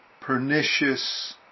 pernicious